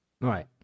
Right